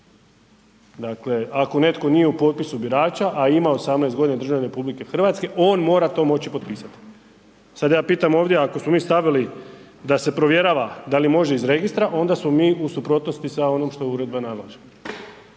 Dakle ako netko nije u popisu birača, a ima 18. g. i državljanin je RH, on mora moći to potpisati. Sad ja pitam ovdje, ako smo mi stavili da se provjerava da li može iz registra, onda smo mi u suprotnosti sa onim što uredba nalaže jer